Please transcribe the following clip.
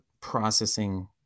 processing